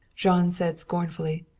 jean said scornfully.